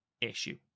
issue